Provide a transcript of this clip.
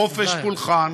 חופש פולחן,